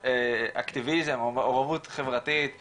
אקטיביזם, או מעורבות חברתית ציבורית,